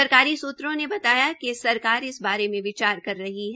सरकारी सूत्रों ने बताया कि सरकार इस बारे में विचार कर रही है